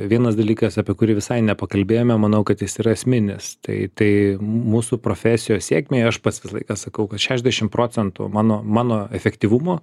vienas dalykas apie kurį visai nepakalbėjome manau kad jis yra esminis tai tai mūsų profesijos sėkmei aš pats visą laiką sakau kad šešdešimt procentų mano mano efektyvumo